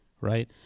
right